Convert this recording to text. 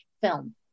film